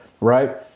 right